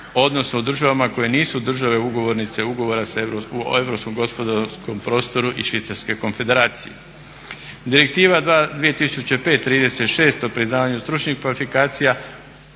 odnosno u državama koje nisu države ugovornice ugovora o europskom gospodarskom prostoru i švicarske konfederacije. Direktiva 2005/36 o priznavanju stručnih kvalifikacija